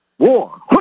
War